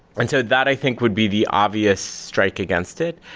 and so that i think would be the obvious strike against it.